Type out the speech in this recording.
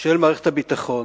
של מערכת הביטחון